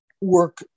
work